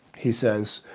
he says,